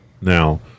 Now